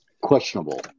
questionable